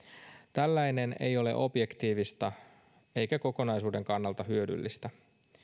tällainen ei ole objektiivista eikä kokonaisuuden kannalta hyödyllistä